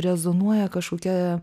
rezonuoja kažkokia